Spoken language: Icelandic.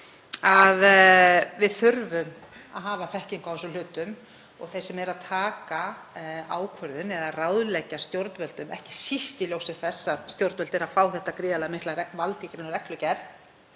að við þurfum að hafa þekkingu á þessum hlutum og þeir sem eru að taka ákvörðun eða ráðleggja stjórnvöldum, ekki síst í ljósi þess að stjórnvöld eru að fá þetta gríðarlega mikla vald í gegnum reglugerð,